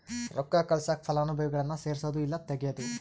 ರೊಕ್ಕ ಕಳ್ಸಾಕ ಫಲಾನುಭವಿಗುಳ್ನ ಸೇರ್ಸದು ಇಲ್ಲಾ ತೆಗೇದು